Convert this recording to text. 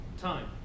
time